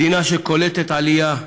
מדינה שקולטת עלייה,